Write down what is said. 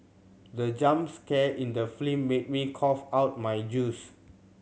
the jump scare in the film made me cough out my juice